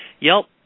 Yelp